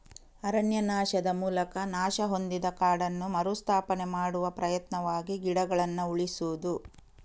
ಅರಣ್ಯನಾಶದ ಮೂಲಕ ನಾಶ ಹೊಂದಿದ ಕಾಡನ್ನು ಮರು ಸ್ಥಾಪನೆ ಮಾಡುವ ಪ್ರಯತ್ನವಾಗಿ ಗಿಡಗಳನ್ನ ಉಳಿಸುದು